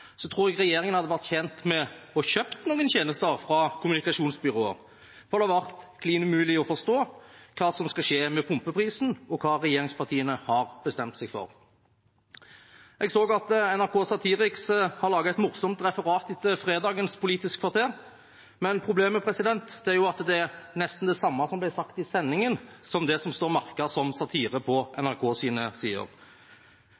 tror jeg regjeringen hadde vært tjent med å kjøpe noen tjenester fra kommunikasjonsbyråer, for det har vært klin umulig å forstå hva som skal skje med pumpeprisen, og hva regjeringspartiene har bestemt seg for. Jeg så at NRK Satiriks har laget et morsomt referat etter fredagens Politisk kvarter, men problemet er at det som står merket som satire på NRK sine sider, er nesten det samme som ble sagt i sendingen. Enn så lenge har vi ikke fått svar på